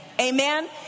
Amen